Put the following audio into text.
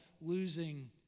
losing